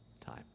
time